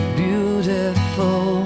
beautiful